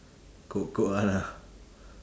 qu~ quran ah